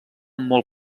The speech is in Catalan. molt